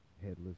headless